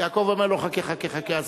יעקב אומר לו: חכה, חכה, חכה.